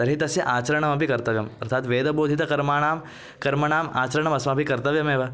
तर्हि तस्य आचरणमपि कर्तव्यम् अर्थात् वेदबोधितकर्माणां कर्मणाम् आचरणम् अस्माभिः कर्तव्यमेव